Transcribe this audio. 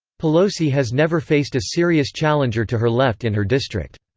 pelosi has never faced a serious challenger to her left in her district.